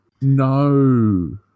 no